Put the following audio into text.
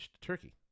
turkey